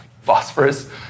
Phosphorus